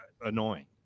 annoying